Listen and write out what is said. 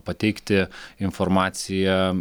pateikti informaciją